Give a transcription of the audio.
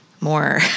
more